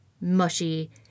mushy